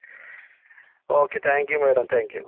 okay thank you madam thank you